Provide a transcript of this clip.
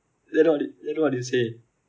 then what did then what you say